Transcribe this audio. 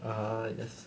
ah yes